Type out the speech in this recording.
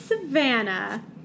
Savannah